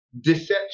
deception